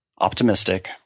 optimistic